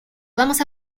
vamos